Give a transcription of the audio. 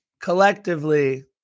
collectively